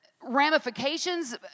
ramifications